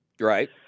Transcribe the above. Right